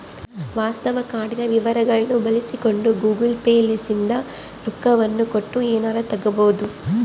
ವಾಸ್ತವ ಕಾರ್ಡಿನ ವಿವರಗಳ್ನ ಬಳಸಿಕೊಂಡು ಗೂಗಲ್ ಪೇ ಲಿಸಿಂದ ರೊಕ್ಕವನ್ನ ಕೊಟ್ಟು ಎನಾರ ತಗಬೊದು